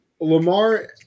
Lamar